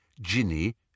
Ginny